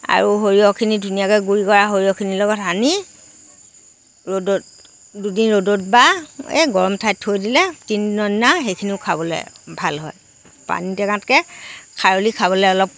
আৰু সৰিয়হখিনি ধুনীয়াকৈ গুৰি কৰা সৰিয়হখিনিৰ লগত সানি ৰ'দত দুদিন ৰ'দত বা এই গৰম ঠাইত থৈ দিলে তিনিদিনৰ দিনা সেইখিনিও খাবলৈ ভাল হয় পানীটেঙাতকৈ খাৰলি খাবলৈ অলপ কম